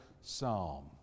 psalm